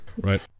Right